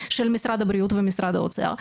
משרד הבריאות ומשרד האוצר,